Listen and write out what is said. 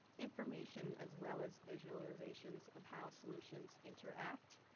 information as well as visualizations of how solutions interact,